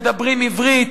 מדברים עברית,